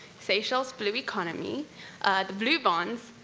seychelles blue economy, the blue bonds,